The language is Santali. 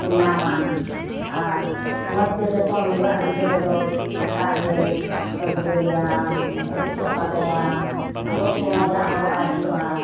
ᱠᱚ ᱧᱟᱢᱟ ᱟᱨ ᱢᱚᱸᱡᱽ ᱛᱮ ᱡᱚᱛᱚᱱ ᱡᱚᱜᱟᱣᱚᱜᱼᱟ ᱜᱤᱫᱽᱨᱟᱹ ᱫᱚ ᱥᱮᱛᱟᱜ ᱨᱮ ᱰᱟᱹᱵᱨᱟᱹ ᱮᱭᱟᱢ ᱟᱹᱨᱩᱵ ᱥᱟᱯᱟ ᱠᱟᱭᱟᱢ ᱟᱸᱜᱽᱨᱚᱵᱽ ᱠᱚ ᱢᱚᱸᱡᱽᱟᱜ ᱦᱚᱨᱚᱜ ᱟᱭ ᱦᱳᱭᱳᱜᱼᱟ